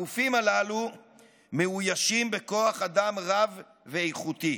הגופים הללו מאוישים בכוח אדם רב ואיכותי,